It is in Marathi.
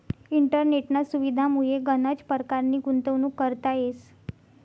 इंटरनेटना सुविधामुये गनच परकारनी गुंतवणूक करता येस